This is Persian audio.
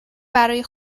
برای